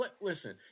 Listen